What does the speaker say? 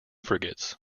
frigates